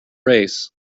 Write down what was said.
race